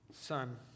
Son